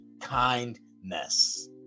kindness